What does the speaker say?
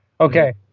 okay